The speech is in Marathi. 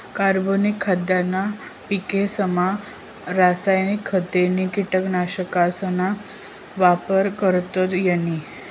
कार्बनिक खाद्यना पिकेसमा रासायनिक खते नी कीटकनाशकसना वापर करतस नयी